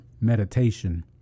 meditation